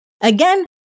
Again